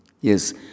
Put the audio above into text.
Yes